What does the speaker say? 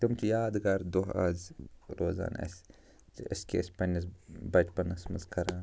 تِم چھِ یاد گار دۄہ اَز روزان اَسہِ زِ أسۍ کیٛاہ ٲسۍ پَنٕنِس بچپَنَس منٛز کران